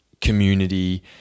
community